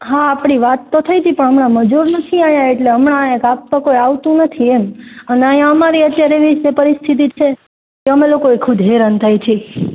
હા આપણે વાત તો થઈ હતી પણ અમણા મજૂર નથી આયા એટલે હમણાં કોઈ કાપતો આવતું નથી એમ અને અમારી અત્યારે એવી પરિસ્થિતિ છે અમે લોકો ખુદ હેરાન થઈએ છીએ